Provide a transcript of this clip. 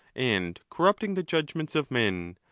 and corrupting the judgments of men,